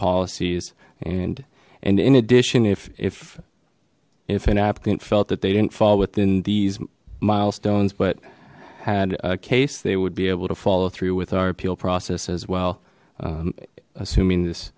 policies and and in addition if if an applicant felt that they didn't fall within these milestones but had a case they would be able to follow through with our appeal process as well assuming this